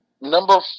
Number